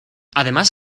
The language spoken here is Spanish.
además